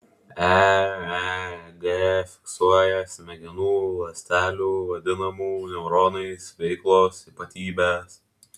eeg fiksuoja smegenų ląstelių vadinamų neuronais veiklos ypatybes